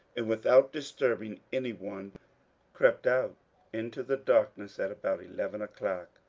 and without disturbing any one crept out into the darkness at about eleven o'clock.